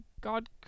God